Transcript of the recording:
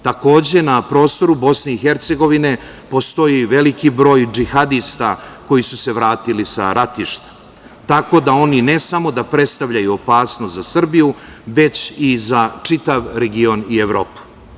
Takođe, na prostoru BiH postoji veliki broj džihadista koji su se vratili sa ratišta, tako da oni ne samo da predstavljaju opasnost za Srbiju, već i za čitav region i Evropu.